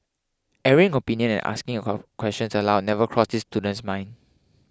airing opinion and asking questions aloud never crossed this student's mind